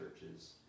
churches